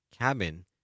cabin